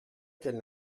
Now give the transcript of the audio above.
qu’elle